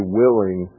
willing